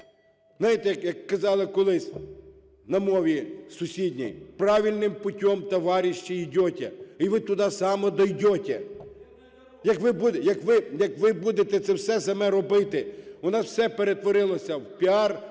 Знаєте, як казали колись, на мові сусідній: "Правильним путем товарищи идете!" И вы туда само дойдете, якви будете це все саме робити. У нас все перетворилося в піар,